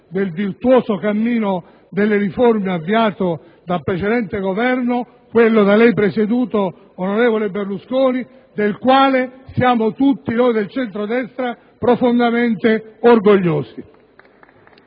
del virtuoso cammino delle riforme avviato dal precedente Governo, quello da lei presieduto, onorevole Berlusconi, del quale siamo tutti noi del centrodestra profondamente orgogliosi.